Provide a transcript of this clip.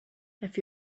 have